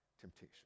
temptation